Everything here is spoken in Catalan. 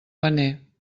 paner